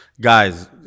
Guys